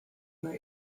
were